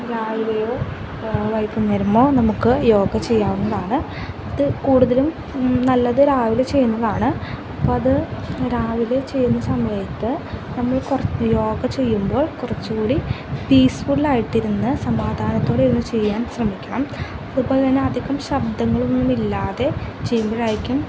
രാവിലെയോ വൈകുന്നേരമോ നമുക്ക് യോഗ ചെയ്യാവുന്നതാണ് ഇത് കൂടുതലും നല്ലത് രാവിലെ ചെയ്യുന്നതാണ് അപ്പം അത് രാവിലെ ചെയ്യുന്ന സമയത്ത് നമ്മളീ സ യോഗ ചെയ്യുമ്പോൾ കുറച്ചു കൂടി പീസ്ഫുള്ളായിട്ടിരുന്ന് സമാധാനത്തോടിരുന്ന് ചെയ്യാൻ ശ്രമിക്കണം അതുപോലെ തന്നെ അധികം ശബ്ദങ്ങളൊന്നുമില്ലാതെ ചെയ്യുമ്പോഴായിരിക്കും